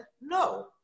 no